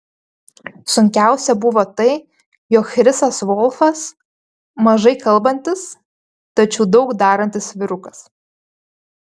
sunkiausia buvo tai jog chrisas volfas mažai kalbantis tačiau daug darantis vyrukas